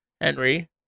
Henry